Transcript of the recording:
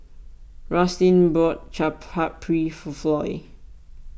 Rustin bought Chaat Papri for Floy